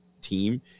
team